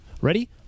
Ready